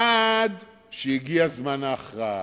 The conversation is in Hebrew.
עד שהגיע זמן ההכרעה.